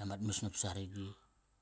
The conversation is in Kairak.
ama mas nap saragi.